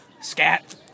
Scat